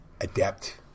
adept